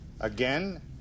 Again